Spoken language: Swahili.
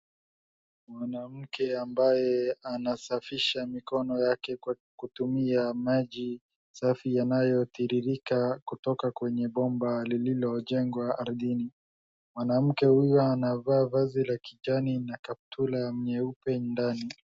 Mwanamke ambaye anasafisha mikono yake kwa kutumia maji safi yanayotiririka kutoka kwenye ngomba lililojengwa ardhini. Mwanamke huyu anavaa vazi la kijani na kaptura nyeupe ndani.